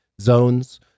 zones